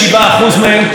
אז כשיוסי יונה אומר,